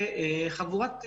וחבורת,